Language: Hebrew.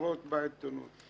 בכותרות בעיתונות,